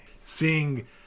seeing